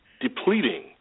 depleting